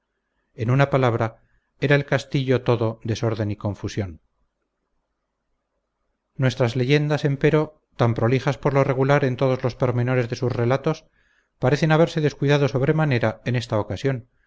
en una palabra era el castillo todo desorden y confusión nuestras leyendas empero tan prolijas por lo regular en todos los pormenores de sus relatos parecen haberse descuidado sobremanera en esta ocasión